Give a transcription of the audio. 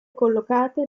collocate